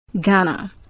Ghana